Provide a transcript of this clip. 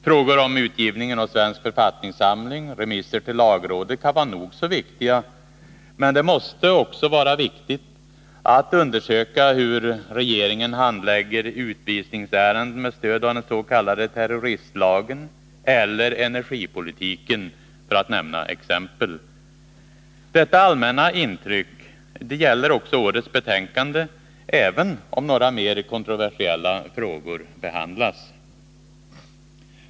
Frågor om utgivningen m.m. av Svensk författningssamling och remisser till lagrådet kan vara nog så viktiga, men det måste också vara viktigt att undersöka hur regeringen handlägger utvisningsärenden med stöd av den s.k. terroristlagen eller hur den bedriver energipolitiken, för att nämna exempel. Detta allmänna intryck gäller också årets betänkande, även om några mer kontroversiella frågor behandlas.